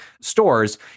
stores